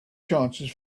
chances